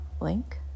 link